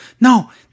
No